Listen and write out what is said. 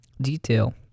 detail